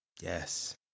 Yes